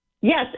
Yes